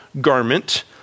garment